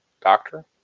Doctor